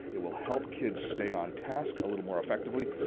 it will help kids stay on tasks a little more effectively.